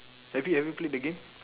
have you ever played the game